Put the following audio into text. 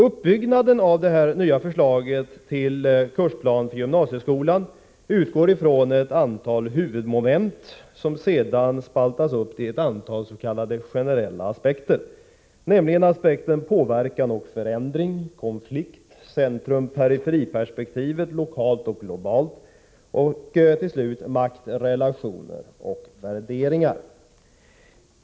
Uppbyggnaden av det nya förslaget till kursplan för gymnasieskolan utgår från ett antal huvudmoment som sedan spaltas upp i ett antal s.k. generella aspekter, nämligen aspekten påverkan och förändring, konflikt, centrumoch periferiperspektivet lokalt och globalt och till slut makt, relationer och värderingar.